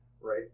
right